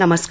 नमस्कार